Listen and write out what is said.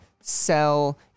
sell